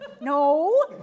No